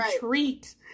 treat